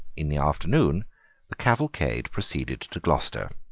in the afternoon the cavalcade proceeded to gloucester.